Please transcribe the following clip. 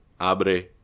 Abre